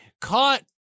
Caught